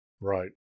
Right